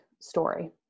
story